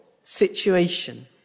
situation